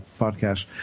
podcast